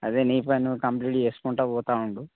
అదే నీ పని నువ్వు కంప్లీట్ చేసుకుంటా పోతూ ఉండు